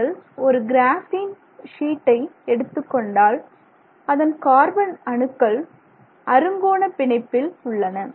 நீங்கள் ஒரு கிராபின் சீட்டை எடுத்துக்கொண்டால் அதன் கார்பன் அணுக்கள் அறுங்கோண பிணைப்பில் உள்ளன